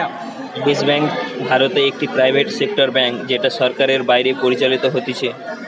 yes bank ভারতে একটি private sector bank যেটা সরকারের বাইরে পরিচালিত হতিছে